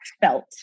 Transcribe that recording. felt